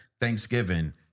Thanksgiving